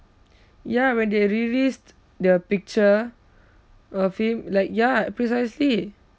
ya when they released the picture of him like ya precisely